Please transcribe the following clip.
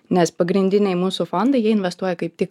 nes pagrindiniai mūsų fondai jie investuoja kaip tik